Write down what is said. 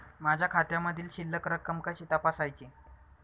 माझ्या खात्यामधील शिल्लक रक्कम कशी तपासायची?